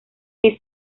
que